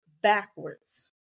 backwards